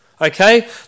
Okay